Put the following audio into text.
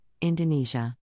Indonesia